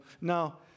now